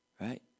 Right